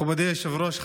מכובדי היושב-ראש,